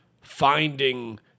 finding